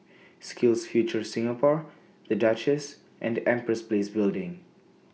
SkillsFuture Singapore The Duchess and The Empress Place Building